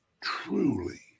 truly